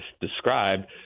described